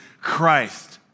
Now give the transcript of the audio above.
Christ